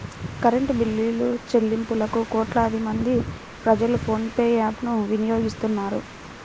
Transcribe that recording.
current బిల్లులుచెల్లింపులకు కోట్లాది మంది ప్రజలు ఫోన్ పే యాప్ ను వినియోగిస్తున్నారు